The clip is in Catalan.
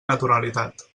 naturalitat